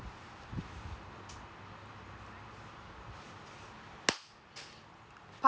part